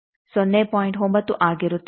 9 ಆಗಿರುತ್ತದೆ